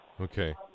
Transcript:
Okay